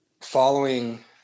following